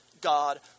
God